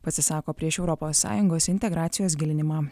pasisako prieš europos sąjungos integracijos gilinimą